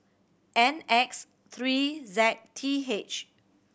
N X three Z T H